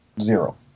Zero